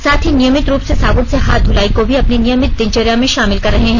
साथ ही नियमित रूप से साबून से हाथ धुलाई को भी अपनी नियमित दिनचर्या में शामिल कर रहे हैं